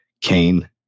Cain